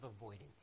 avoidance